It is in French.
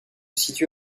situe